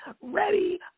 Ready